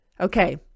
Okay